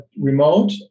remote